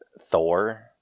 Thor